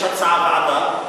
יש הצעה לוועדה,